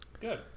good